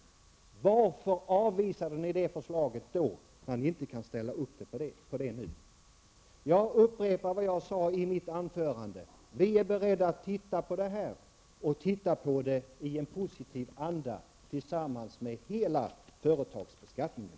Varför avvisade ni det förslaget då, när ni kan ställa upp på det nu? Jag upprepar det jag sade i mitt anförande. Vi är beredda att titta på detta, och göra det i en positiv anda i samband med en översyn av hela företagsbeskattningen.